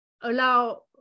allow